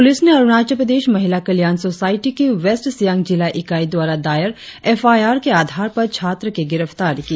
police ने अरुणाचल प्रदेश महिला कल्याण सोसायटी की वेस्ट सियांग जिला इकाई द्वारा दायर एफ आई आर के आधार पर छात्र की गिरफ्तारी की